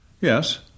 Yes